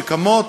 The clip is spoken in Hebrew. שקמות,